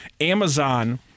Amazon